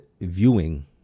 viewing